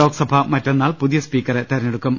ലോക്സഭ മറ്റന്നാൾ പുതിയ സ്പീക്കറെ തെരഞ്ഞെടുക്കും